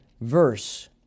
verse